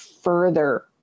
further